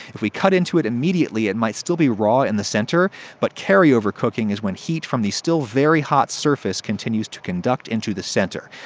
if we cut into it immediately it might still be raw in the center. but carryover cooking is when heat from the still very-hot surface continues to conduct into the center.